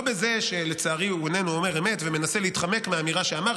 לא בזה שלצערי הוא איננו דובר אמת ומנסה להתחמק מאמירה שאמר,